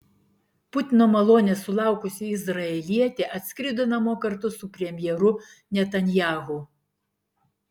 putino malonės sulaukusi izraelietė atskrido namo kartu su premjeru netanyahu